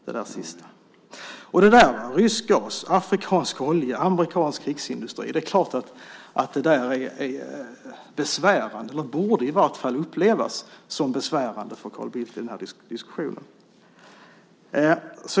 Det är klart att rysk gas, afrikansk olja och amerikansk krigsindustri är eller i vart fall borde upplevas som besvärande för Carl Bildt i den här diskussionen.